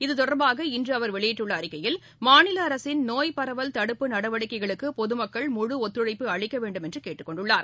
இத்தொடர்பாக இன்று அவர் வெளியிட்டுள்ள அறிக்கையில் மாநில அரசின் நோய் பரவல் தடுப்பு நடவடிக்கைகளுக்கு பொதுமக்கள் முழு ஒத்துழைப்பு அளிக்க வேண்டும் என்று கேட்டுக்கொண்டுள்ளார்